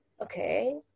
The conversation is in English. okay